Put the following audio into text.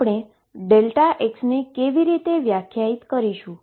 આપણે x ને કેવી રીતે વ્યાખ્યાયિત કરીશું